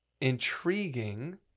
intriguing